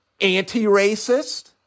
Anti-racist